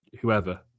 whoever